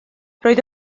roedd